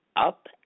up